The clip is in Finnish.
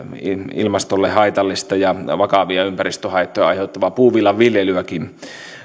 ilmastolle haitallista ja vakavia ympäristöhaittoja aiheuttavaa puuvillan viljelyäkin